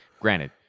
Granted